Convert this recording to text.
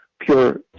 pure